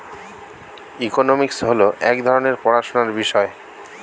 economics হল এক রকমের পড়াশোনার বিষয়